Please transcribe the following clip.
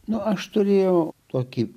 na aš turėjau tokį